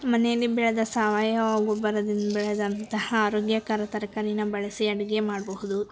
ಮನೆಯಲ್ಲಿ ಬೆಳೆದ ಸಾವಯವ ಗೊಬ್ಬರದಿಂದ ಬೆಳೆದಂತಹ ಆರೋಗ್ಯಕರ ತರಕಾರಿನ ಬಳಸಿ ಅಡುಗೆ ಮಾಡಬಹುದು